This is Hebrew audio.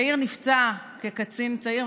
יאיר נפצע כקצין צעיר,